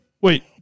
wait